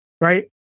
right